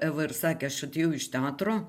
eva ir sakė aš atėjau iš teatro